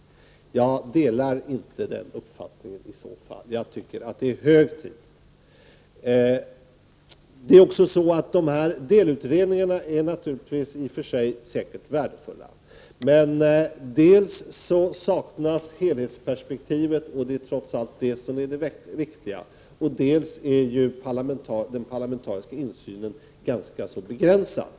Jag delar i så fall inte den uppfattningen. Jag tycker det är hög tid för en utredning. De delutredningar som gjorts är i och för sig säkert värdefulla, men dels saknas helhetsperspektivet — och det är trots allt det som är det viktiga —, dels är den parlamentariska insynen ganska begränsad.